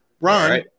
Ron